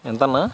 ఎంతన్నా